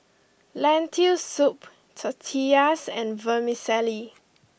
Lentil Soup Tortillas and Vermicelli